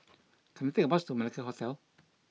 can I take a bus to Malacca Hotel